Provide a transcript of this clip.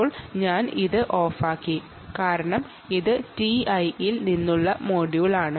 ഇപ്പോൾ ഞാൻ ഇത് ഓഫാക്കി കാരണം ഇത് ടിഐയിൽ നിന്നുള്ള മൊഡ്യൂളാണ്